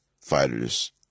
fighters